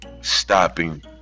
stopping